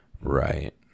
right